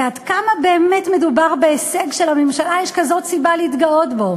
ועד כמה באמת מדובר בהישג שלממשלה יש כזאת סיבה להתגאות בו?